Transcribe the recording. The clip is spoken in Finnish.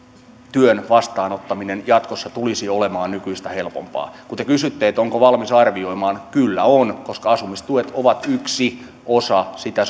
työn vastaanottaminen jatkossa tulisi olemaan nykyistä helpompaa kun te kysytte onko valmis arvioimaan kyllä on koska asumistuet ovat yksi osa sitä